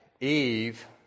Eve